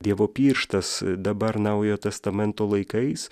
dievo pirštas dabar naujojo testamento laikais